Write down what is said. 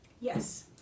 Yes